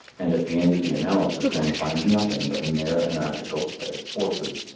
and at the end of the analysis one finds nothing but a mere anarchical play of forces,